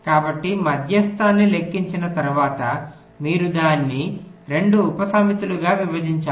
కాబట్టి మధ్యస్థాన్ని లెక్కించిన తరువాత మీరు దానిని 2 ఉపసమితులుగా విభజించారు